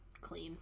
Clean